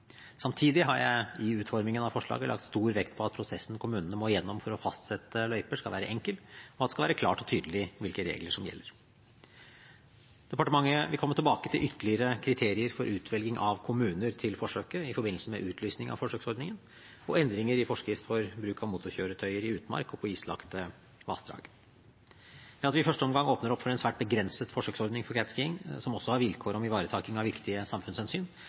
Samtidig har jeg i utformingen av forslaget lagt stor vekt på at prosessen kommunene må igjennom for å fastsette løyper, skal være enkel, og at det skal være klart og tydelig hvilke regler som gjelder. Departementet vil komme tilbake til ytterligere kriterier for utvelging av kommuner til forsøket i forbindelse med utlysning av forsøksordningen, og endringer i forskrift for bruk av motorkjøretøyer i utmark og på islagte vassdrag. Ved at vi i første omgang åpner opp for en svært begrenset forsøksordning for catskiing, som også har vilkår om ivaretaking av viktige samfunnshensyn,